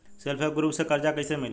Self help group से कर्जा कईसे मिली?